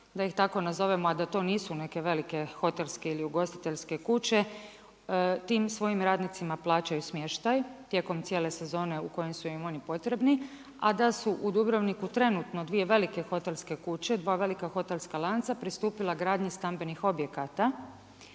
da ih tako nazovemo, a da to nisu neke velike hotelske ili ugostiteljske kuće, tim svojim radnicima plaćaju smještaj tijekom cijele sezone u kojim su im oni potrebni, a da su u Dubrovniku trenutno dvije velike hotelske kuće, dva velika hotelska lanca pristupila gradnji stambenih objekata